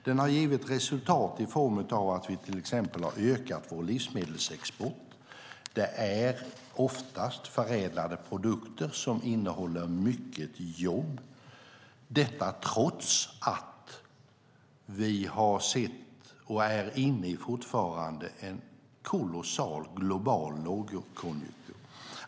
Den har givit resultat i form av att vi till exempel har ökat vår livsmedelsexport. Det är oftast förädlade produkter som inrymmer mycket jobb. Detta har varit möjligt i Sverige trots att vi har sett, och är fortfarande inne i, en kolossal global lågkonjunktur.